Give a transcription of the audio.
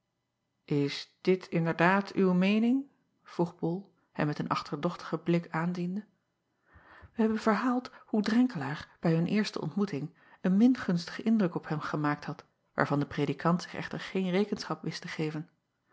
s dit inderdaad uw meening vroeg ol hem met een achterdochtigen blik aanziende ij hebben verhaald hoe renkelaer bij hun eerste ontmoeting een min gunstigen indruk op hem gemaakt had waarvan de predikant zich echter geen rekenschap wist te geven